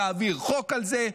להעביר חוק על זה,